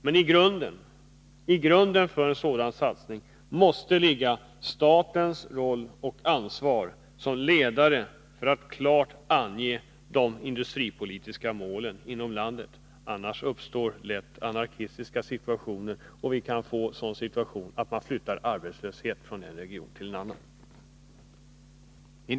Men i botten för sådana satsningar måste staten ta'sitt ansvar och klart ange de industripolitiska målen. Annars uppstår lätt anarkistiska situationer, och arbetslöshet kan komma att flyttas från en region till en annan.